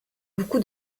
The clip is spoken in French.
beaucoup